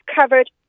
covered